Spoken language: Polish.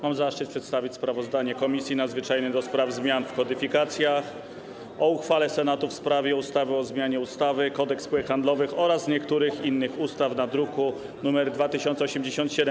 Mam zaszczyt przedstawić sprawozdanie Komisji Nadzwyczajnej do spraw zmian w kodyfikacjach o uchwale Senatu w sprawie ustawy o zmianie ustawy - Kodeks spółek handlowych oraz niektórych innych ustaw, druk nr 2087.